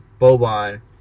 Boban